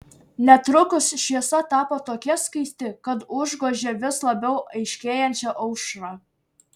netrukus šviesa tapo tokia skaisti kad užgožė vis labiau aiškėjančią aušrą